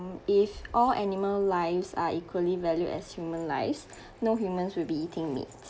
if all animal lives are equally valued as human lives no humans will be eating meat